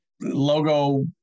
logo